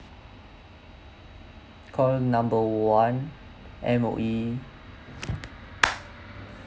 call number one M_O_E